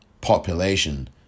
population